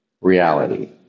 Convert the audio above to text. reality